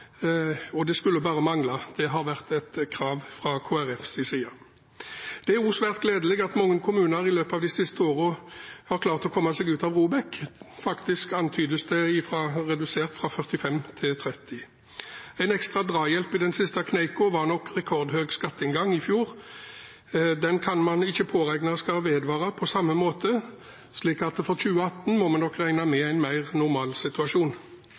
Og det skulle bare mangle. Det har vært et krav fra Kristelig Folkepartis side. Det er også svært gledelig at mange kommuner i løpet av de siste årene har klart å komme seg ut av ROBEK, faktisk antydes det at antallet er redusert fra 45 til 30. En ekstra drahjelp i den siste kneika var nok rekordhøy skatteinngang i fjor. Den kan man ikke påregne skal vedvare på samme måte, så for 2018 må vi nok regne med en mer normal situasjon.